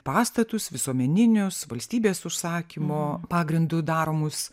pastatus visuomeninius valstybės užsakymo pagrindu daromus